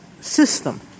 system